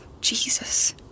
Jesus